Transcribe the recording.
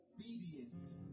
obedient